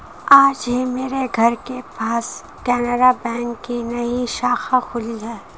आज ही मेरे घर के पास केनरा बैंक की नई शाखा खुली है